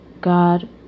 God